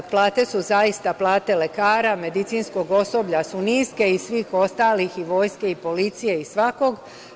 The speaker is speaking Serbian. Plate su zaista, plate lekara i medicinskog osoblja su niske i svih ostalih, i Vojske i policije i svakog.